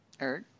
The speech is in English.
Eric